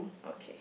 okay